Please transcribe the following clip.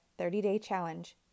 30daychallenge